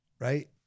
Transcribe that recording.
Right